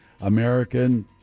American